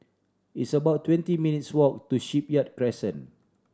it's about twenty minutes' walk to Shipyard Crescent